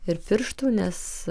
ir pirštų nes